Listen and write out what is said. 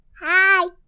Hi